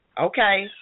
Okay